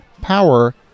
power